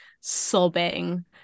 sobbing